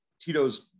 Tito's